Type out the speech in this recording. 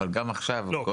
לא,